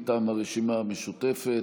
מטעם הרשימה המשותפת,